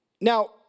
Now